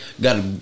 got